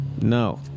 No